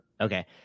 okay